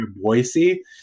Boise